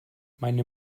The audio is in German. meine